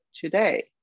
today